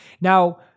Now